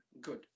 good